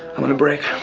i'm on a break.